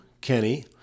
Kenny